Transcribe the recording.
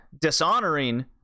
dishonoring